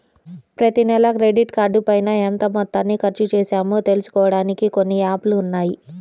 ప్రతినెలా క్రెడిట్ కార్డుపైన ఎంత మొత్తాన్ని ఖర్చుచేశామో తెలుసుకోడానికి కొన్ని యాప్ లు ఉన్నాయి